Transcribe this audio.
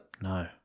No